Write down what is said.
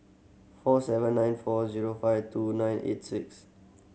four seven nine four zero five two nine eight six